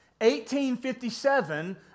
1857